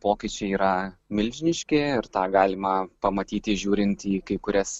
pokyčiai yra milžiniški ir tą galima pamatyti žiūrint į kai kurias